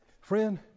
Friend